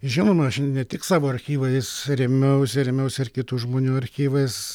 žinoma aš ne tik savo archyvais rėmiausi rėmiausi ir kitų žmonių archyvais